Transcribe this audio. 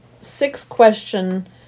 six-question